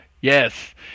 Yes